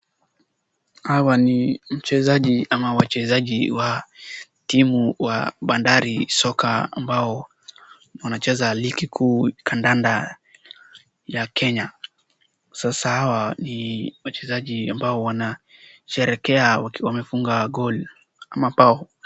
Hawa ni wachezaji wa timu ya bandari soka ambao wanacheza ligi kuu kandanda ya Kenya. Sasa hawa ni wachezaji ambao wanasherehekea wamefunga goal ama mbao.